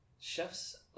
chefs